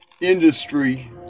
industry